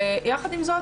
יחד עם זאת,